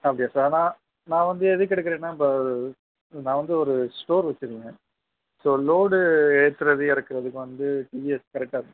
அப்படியா சார் ஆனால் நான் நான் வந்து எதுக்கு எடுக்கிறேன்னா இப்போ நான் வந்து ஒரு ஸ்டோர் வெச்சிருக்கேன் ஸோ லோடு ஏத்துகிறது இறக்குறதுக்கு வந்து டிவிஎஸ் கரெக்டாக இருக்குமா